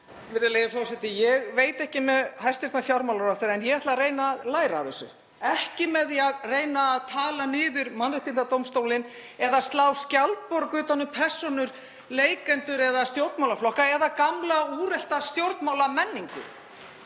Virðulegi forseti. Ég veit ekki með hæstv. fjármálaráðherra en ég ætla að reyna að læra af þessu. Ekki með því að reyna að tala Mannréttindadómstólinn niður eða slá skjaldborg utan um persónur og leikendur eða stjórnmálaflokka, eða gamla og úrelta stjórnmálamenningu.